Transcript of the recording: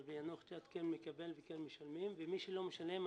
אבל ביאנוח-ג'ת כן מקבל וכן משלמים ומי שלא משלם,